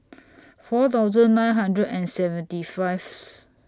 four thousand nine hundred and seventy five